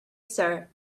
sir